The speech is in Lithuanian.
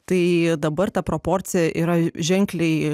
tai dabar ta proporcija yra ženkliai